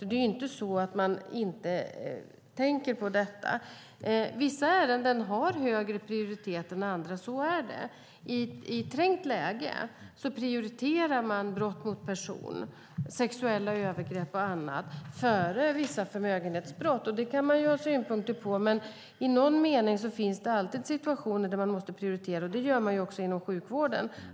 Det är inte så att man inte tänker på detta. Vissa ärenden har högre prioritet än andra. Så är det. I trängt läge prioriterar man brott mot person - sexuella övergrepp och annat - före vissa förmögenhetsbrott. Det kan man ha synpunkter på, men det finns alltid situationer där man måste prioritera. Det gör man även inom sjukvården.